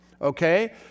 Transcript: Okay